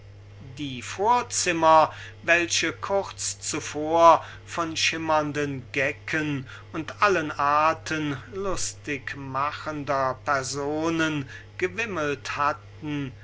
die vorzimmer welche vorher von schimmernden gecken und allen arten lustigmachender personen gewimmelt hatten